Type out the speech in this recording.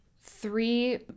three